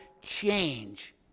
Change